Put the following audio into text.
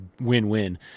win-win